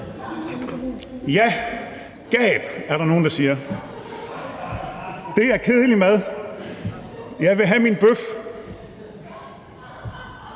Ja, gab, er der nogen, der siger, sikke en kedelig mad, jeg vil have min bøf.